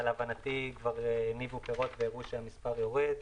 ולהבנתי כבר הניבו פירות והראו שהמספר יורד.